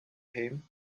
him